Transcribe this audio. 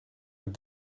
het